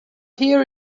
hear